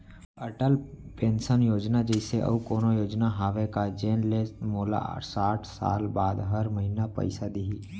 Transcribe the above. Atal pension योजना जइसे अऊ कोनो योजना हावे का जेन ले मोला साठ साल बाद हर महीना पइसा दिही?